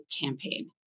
campaign